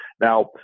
Now